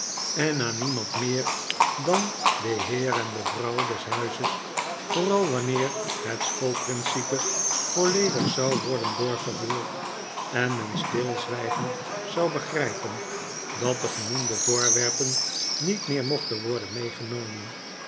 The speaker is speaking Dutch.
en aan niemand meer dan den heer en de vrouw des huizes vooral wanneer het school principe volledig zou worden doorgevoerd en men stilzwijgend zou begrijpen dat de genoemde voorwerpen niet meer mochten worden meegenomen